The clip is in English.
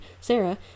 sarah